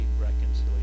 reconciliation